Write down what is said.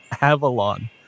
Avalon